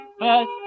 first